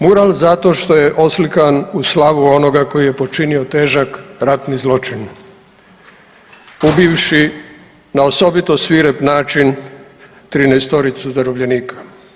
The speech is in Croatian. Mural zato što je oslikan u slavu onoga koji je počinio težak ratni zločin ubivši na osobito svirep način 13-toricu zarobljenika.